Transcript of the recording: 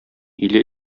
иле